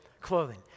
clothing